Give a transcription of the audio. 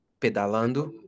pedalando